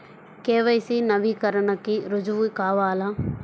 KYC నవీకరణకి రుజువు కావాలా?